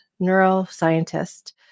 neuroscientist